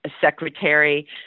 secretary